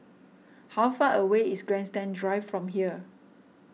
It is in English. how far away is Grandstand Drive from here